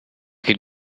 could